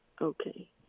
Okay